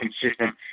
consistent